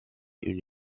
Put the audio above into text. une